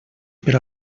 per